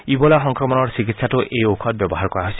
Ebola সংক্ৰমণৰ চিকিৎসাতো এই ঔষধ ব্যৱহাৰ কৰা হৈছিল